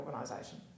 organisation